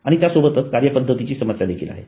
आणि त्यासोबतच कार्यपद्धतीची समस्या देखील आहे